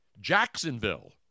Jacksonville